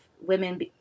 women